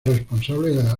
responsable